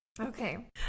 Okay